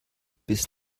bis